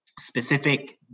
specific